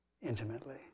intimately